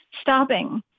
stopping